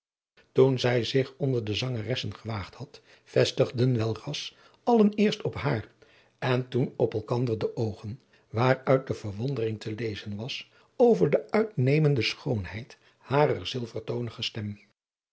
toen zij zich onder de zangeressen gewaagd had vestigden welras allen eerst op haar en toen op elkander de oogen waaruit de verwondering te lezen was over de uitnemende schoonheid harer zilvertoonige stem